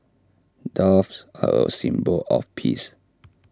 doves are A symbol of peace